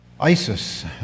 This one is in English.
ISIS